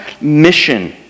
mission